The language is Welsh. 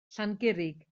llangurig